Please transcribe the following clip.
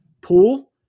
pool